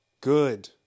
Good